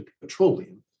petroleum